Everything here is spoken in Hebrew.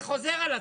זה חוזר על עצמו.